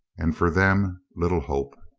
and for them little hope.